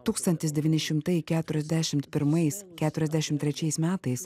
tūkstantis devyni šimtai keturiasdešimt pirmais keturiasdešim trečiais metais